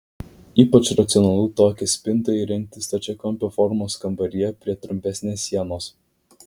ypač racionalu tokią spintą įrengti stačiakampio formos kambaryje prie trumpesnės sienos